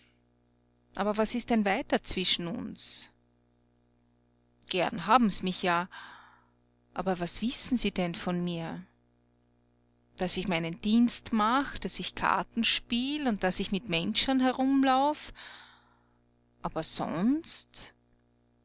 aber was ist denn weiter zwischen uns gern haben sie mich ja aber was wissen sie denn von mir daß ich meinen dienst mach daß ich karten spiel und daß ich mit menschern herumlauf aber sonst